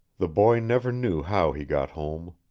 the boy never knew how he got home.